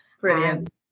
brilliant